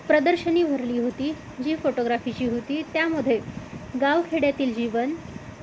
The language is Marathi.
प्रदर्शनी भरली होती जी फोटोग्राफीची होती त्यामध्ये गावखेड्यातील जीवन